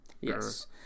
Yes